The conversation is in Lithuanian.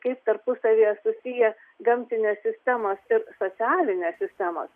kaip tarpusavyje susiję gamtinės sistemos ir socialinės sistemos